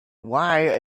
why